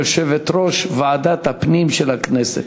יושבת-ראש ועדת הפנים של הכנסת.